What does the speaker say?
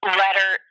letter